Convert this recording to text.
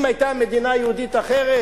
אם היתה מדינה יהודית אחרת,